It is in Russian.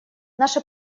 наше